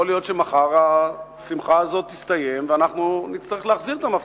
יכול להיות שמחר השמחה הזאת תסתיים ואנחנו נצטרך להחזיר את המפתחות,